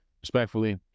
Respectfully